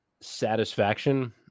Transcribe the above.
satisfaction